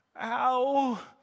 Ow